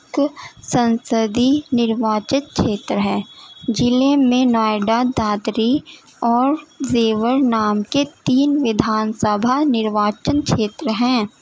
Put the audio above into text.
ایک سنسدی نرواچت چھیتر ہے ضلعے میں نوئیڈا دادری اور زیور نام کی تین ودھان سبھا نرواچن چھیتر ہیں